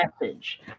message